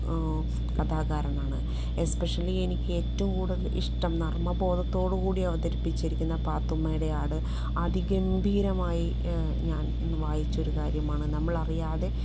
കഥാകാരനാണ് especially എനിക്ക് ഏറ്റവും കൂടുതൽ ഇഷ്ട്ടം നർമ്മ ബോധത്തോടുകൂടി അവതരിപ്പിച്ചിരിക്കുന്ന പാത്തുമ്മയുടെ ആട് അതിഗംഭിരമായി ഞാൻ വായിച്ചൊരു കാര്യമാണ് നമ്മളറിയാതെ